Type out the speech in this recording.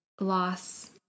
loss